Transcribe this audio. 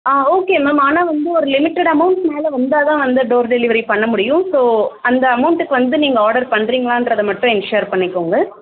ஆ okay ma'am ஆனால் வந்து ஒரு லிமிடெட் அமௌண்ட் மேலே வந்தால் தான் வந்து டோர் டெலிவரி பண்ண முடியும் ஸோ அந்த அமௌண்ட்டுக்கு வந்து நீங்கள் ஆர்டர் பண்ணுறீங்களான்றத மட்டும் இங்கே ஷேர் பண்ணிக்கோங்கள்